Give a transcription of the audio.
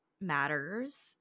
matters